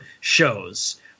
shows